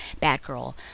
Batgirl